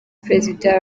perezida